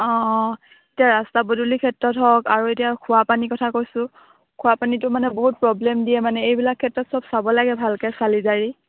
অঁ অঁ এতিয়া ৰাস্তা পদূলিৰ ক্ষেত্ৰত হওক আৰু এতিয়া খোৱা পানী কথা কৈছোঁ খোৱা পানীটো মানে বহুত প্ৰব্লেম দিয়ে মানে এইবিলাক ক্ষেত্ৰত চব চাব লাগে ভালকৈ চালি জাৰি